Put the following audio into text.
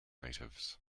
natives